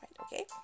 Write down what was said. okay